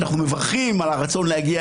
אנחנו מברכים על הרצון להגיע